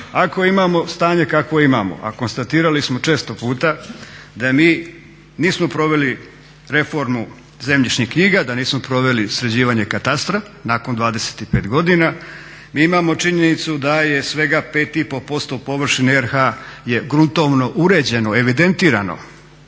ako imamo stanje kakvo imamo, a konstatirali smo često puta da mi nismo proveli reformu zemljišnih knjiga, da nismo proveli sređivanje katastra nakon 25 godina. Mi imamo činjenicu da je svega 5 i pol posto površine RH je gruntovno uređeno, evidentirano